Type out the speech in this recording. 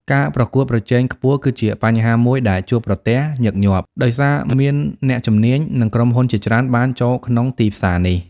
ការប្រកួតប្រជែងខ្ពស់ គឺជាបញ្ហាមួយដែលជួបប្រទះញឹកញាប់ ដោយសារមានអ្នកជំនាញ និងក្រុមហ៊ុនជាច្រើនបានចូលក្នុងទីផ្សារនេះ។